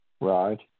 Right